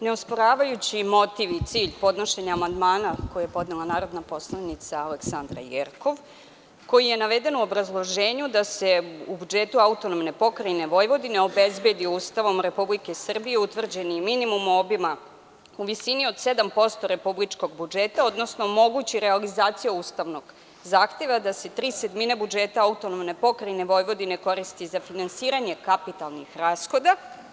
Ne osporavajući motiv i cilj podnošenja amandmana koji je podnela narodna poslanica Aleksandra Jerkov, koji je naveden u obrazloženju da se u budžetu AP Vojvodine obezbedi Ustavom Republike Srbije utvrđeni minimum obima u visini od 7% republičkog budžeta, odnosno omogući realizacija ustavnog zahteva da se 3/7 budžeta AP Vojvodine koristi za finansiranje kapitalnih rashoda.